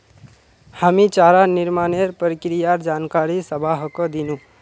हामी चारा निर्माणेर प्रक्रियार जानकारी सबाहको दिनु